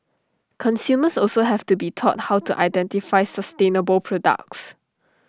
consumers also have to be taught how to identify sustainable products